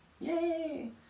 Yay